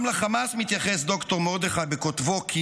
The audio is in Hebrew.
גם לחמאס מתייחס ד"ר מרדכי, בכותבו: